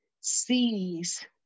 sees